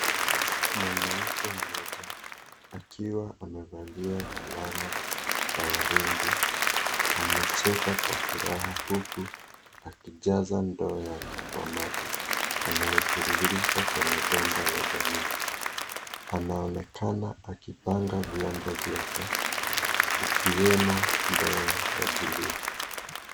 Mwanamke mmoja akiwa amevalia fulana ya waridi amecheka kwa furaha huku akijaza ndoo yake kwa maji yanayotiririka kwenye bomba la jamii. Anaonekana akipanga vyombo vyake ikiwemo ndoo ya bluu.